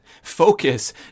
focus